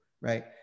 right